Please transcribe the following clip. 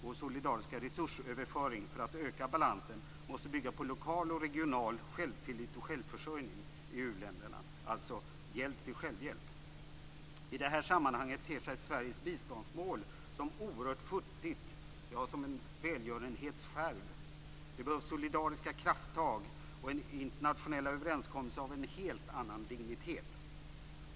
Vår solidariska resursöverföring för att öka balansen måste bygga på lokal och regional självtillit och självförsörjning i uländerna, alltså hjälp till självhjälp. I detta sammanhang ter sig Sveriges biståndsmål som oerhört futtigt, ja, som en välgörenhetsskärv. Det behövs solidariska krafttag och en internationell överenskommelse av en helt annan dignitet.